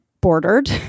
bordered